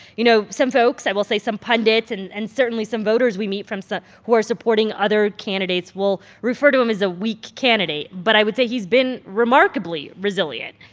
you know, some folks, i will say some pundits and and certainly some voters we meet from some who are supporting other candidates will refer to him as a weak candidate, but i would say he's been remarkably resilient.